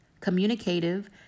communicative